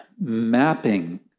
mapping